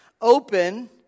open